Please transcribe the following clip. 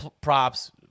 props